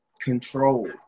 control